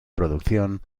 producción